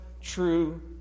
true